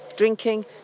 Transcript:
Drinking